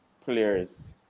players